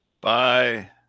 Bye